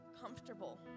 comfortable